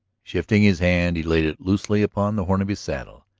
shifting his hand he laid it loosely upon the horn of his saddle.